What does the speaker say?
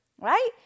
right